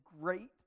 great